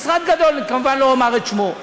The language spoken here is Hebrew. זה משרד גדול, כמובן לא אומר את שמו.